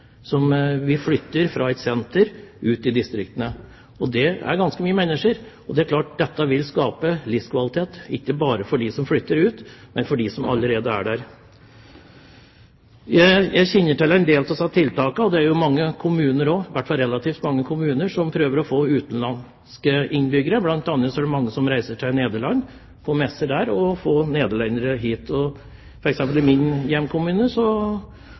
mennesker som flytter fra et senter ut i distriktene. Det er ganske mange mennesker, og det er klart at dette vil skape livskvalitet, ikke bare for dem som flytter ut, men også for dem som allerede er der. Jeg kjenner til en del av disse tiltakene, og det er mange kommuner også, i hvert fall relativt mange, som prøver å få utenlandske innbyggere. Blant annet er det mange som reiser til Nederland, til messer der, og får nederlendere hit, og f.eks. i min hjemkommune har det vært positivt. Men det monner så